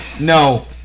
no